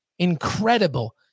incredible